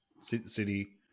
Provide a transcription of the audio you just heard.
City